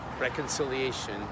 reconciliation